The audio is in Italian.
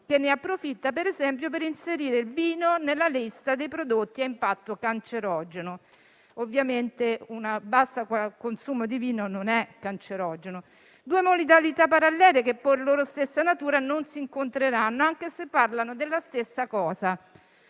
ne approfitta, per esempio, per inserire il vino nella lista dei prodotti a impatto cancerogeno (ovviamente, un basso consumo di vino non è cancerogeno). Due modalità parallele che, per loro stessa natura, non si incontreranno anche se parlano della stessa cosa,